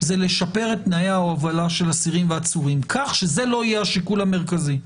לשפר את תנאי ההובלה של האסירים והעצורים כך שזה לא יהיה השיקול המרכזי.